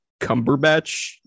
Cumberbatch